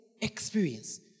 experience